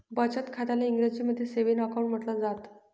बचत खात्याला इंग्रजीमध्ये सेविंग अकाउंट म्हटलं जातं